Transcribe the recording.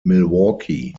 milwaukee